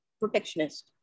protectionist